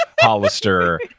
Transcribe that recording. Hollister